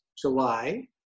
July